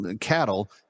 cattle